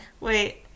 wait